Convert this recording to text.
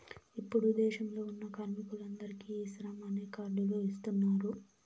ఇప్పుడు దేశంలో ఉన్న కార్మికులందరికీ ఈ శ్రమ్ అనే కార్డ్ లు ఇస్తున్నారు